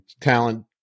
talent